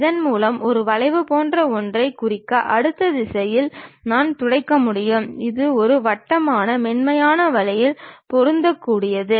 இதை ஒரு வரைபடத்தாளில் காட்சிப்படுத்தும் பொழுது அந்த சாலை ஆனது ஒரு புள்ளியில் குவிக்கப்படுவது போன்று தெரியும்